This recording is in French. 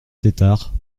tetart